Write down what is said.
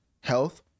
health